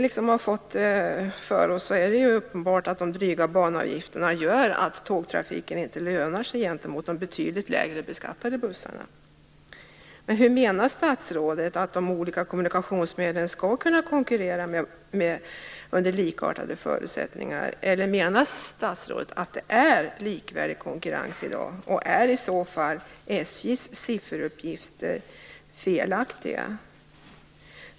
Det är väl uppenbart att de dryga banavgifterna gör att tågtrafiken inte lönar sig gentemot de betydligt lägre beskattade bussarna. Hur menar statsrådet att de olika kommunikationsmedlen skall kunna konkurrera med likartade förutsättningar? Eller menar statsrådet att konkurrensen är likvärdig i dag? Är i så fall SJ:s sifferuppgifter felaktiga?